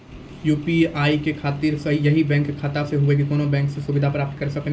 UPI के खातिर यही बैंक के खाता से हुई की कोनो बैंक से सुविधा प्राप्त करऽ सकनी?